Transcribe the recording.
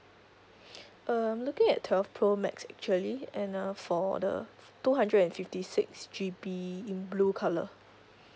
uh I'm looking at twelve pro max actually and uh for the two hundred and fifty six G_B in blue colour